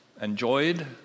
enjoyed